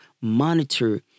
monitor